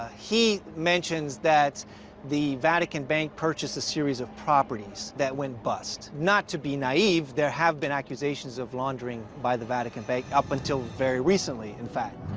he mentions that the vatican bank purchased a series of properties that went bust. not to be naive, there have been accusations of laundering by the vatican bank up until very recently, in fact.